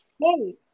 Hey